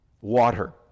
water